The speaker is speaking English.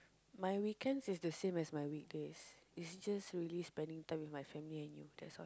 my weekends is the same as my weekdays is just really spending time with my family and you that's all